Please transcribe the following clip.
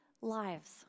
lives